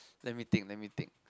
let me think let me think